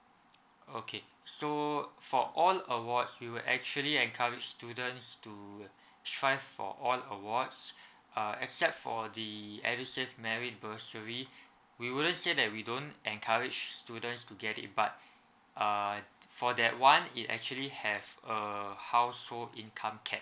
okay so for all awards we will actually encourage students to strive for all awards uh except for the edusave merit bursary we wouldn't say that we don't encourage students to get it but uh for that one it actually have a household income cap